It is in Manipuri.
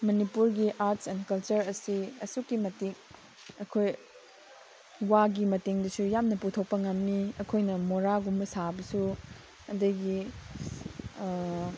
ꯃꯅꯤꯄꯨꯔꯒꯤ ꯑꯥꯔꯠꯁ ꯑꯦꯟ ꯀꯜꯆꯔ ꯑꯁꯤ ꯑꯁꯨꯛꯀꯤ ꯃꯇꯤꯛ ꯑꯩꯈꯣꯏ ꯋꯥꯒꯤ ꯃꯇꯦꯡꯗꯁꯨ ꯌꯥꯝꯅ ꯄꯨꯊꯣꯛꯄ ꯉꯝꯃꯤ ꯑꯩꯈꯣꯏꯅ ꯃꯣꯔꯥꯒꯨꯝꯕ ꯁꯥꯕꯁꯨ ꯑꯗꯒꯤ